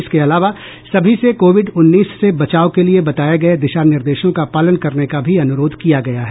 इसके अलावा सभी से कोविड उन्नीस से बचाव के लिए बताये गये दिशा निर्देशों का पालन करने का भी अनुरोध किया गया है